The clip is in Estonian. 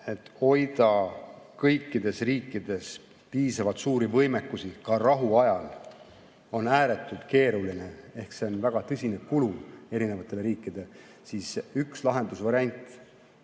et hoida kõikides riikides piisavalt suuri võimekusi ka rahuajal on ääretult keeruline. See on väga tõsine kulu erinevatele riikidele. Üks lahendusvariant